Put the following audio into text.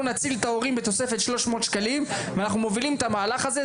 נציל את ההורים בתוספת 300 שקלים ואנחנו מובילים את המהלך הזה,